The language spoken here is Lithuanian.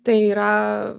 tai yra